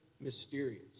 mysterious